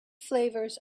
flavors